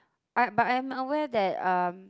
I but I'm aware that um